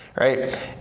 right